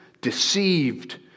deceived